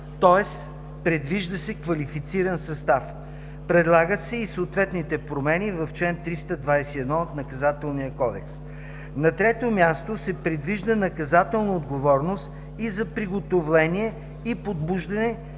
тоест предвижда се квалифициран състав. Предлагат се и съответните промени в чл. 321 от Наказателния кодекс. На трето място, предвижда се наказателна отговорност и за приготовление и подбуждане